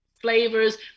flavors